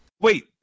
wait